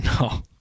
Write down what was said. No